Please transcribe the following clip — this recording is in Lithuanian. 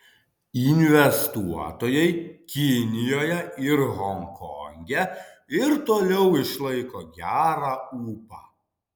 investuotojai kinijoje ir honkonge ir toliau išlaiko gerą ūpą